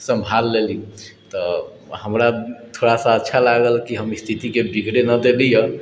सम्भाल लेली तऽ हमरा थोड़ासँ अच्छा लागल कि हम स्थितिके बिगड़ै नहि देली